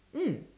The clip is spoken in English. mm